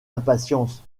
impatience